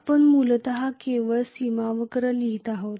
आपण मूलत केवळ सीमा वक्र लिहित आहोत